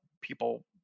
people